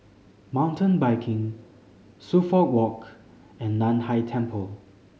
Mountain Biking Suffolk Walk and Nan Hai Temple